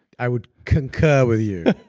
i would concur with you.